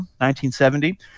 1970